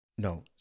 No